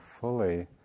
fully